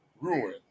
ruin